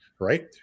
right